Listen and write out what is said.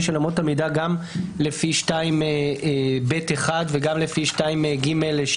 של אמות המידה גם לפי 2ב(1) וגם לפי 2ג(2)?